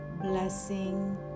blessing